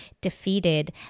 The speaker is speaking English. defeated